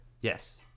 Yes